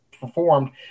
Performed